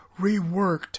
reworked